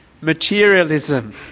materialism